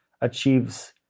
achieves